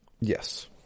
Yes